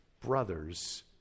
brothers